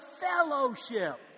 fellowship